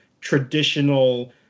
traditional